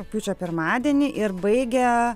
rugpjūčio pirmadienį ir baigia